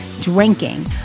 drinking